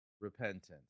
repentance